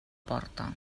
porta